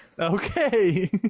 okay